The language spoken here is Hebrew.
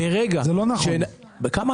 זה לא נכון.